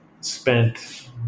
Spent